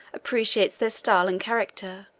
appreciates their style and character,